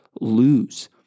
lose